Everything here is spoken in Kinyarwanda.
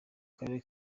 karere